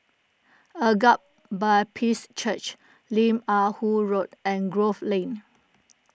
Agape Baptist Church Lim Ah Woo Road and Grove Lane